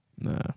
Nah